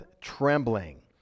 trembling